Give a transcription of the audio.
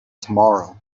tomorrow